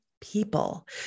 people